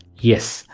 yes,